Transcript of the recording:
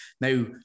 Now